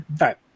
right